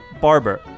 Barber